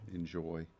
enjoy